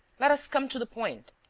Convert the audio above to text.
let us come to the point!